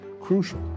Crucial